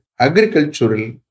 agricultural